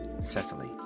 Cecily